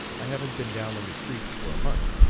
i haven't been down on the street for a month.